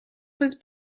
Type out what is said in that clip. was